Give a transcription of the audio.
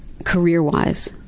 career-wise